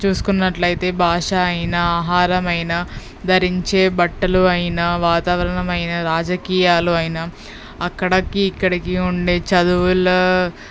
చూసుకున్నట్లయితే భాష అయినా ఆహారమైనా ధరించే బట్టలు అయినా వాతావరణమైనా రాజకీయాలు అయినా అక్కడకి ఇక్కడికి ఉండే చదువుల్లో